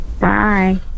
Bye